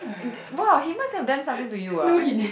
!wow! he must have done something to you ah